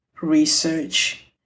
research